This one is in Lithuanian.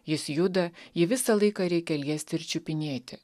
jis juda ji visą laiką reikia liesti ir čiupinėti